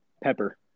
Pepper